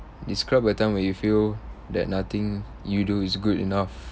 describe a time when you feel that nothing you do is good enough